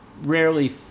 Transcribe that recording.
rarely